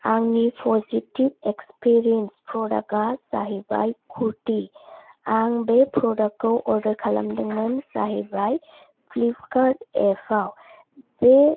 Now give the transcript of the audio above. आंनि positive experience प्रदाका जाहैबाय कुर्ति आं बे प्रदाकखौ अर्दार खालामदोंमोन जाहैबाय फ्लिपकार्ट एपाव बे